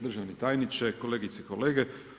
Državni tajniče, kolegice i kolege.